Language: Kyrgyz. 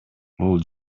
бул